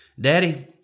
daddy